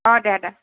অঁ দে দে